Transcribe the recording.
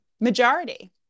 majority